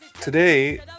Today